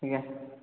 ଆଜ୍ଞା